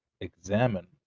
examine